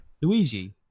Luigi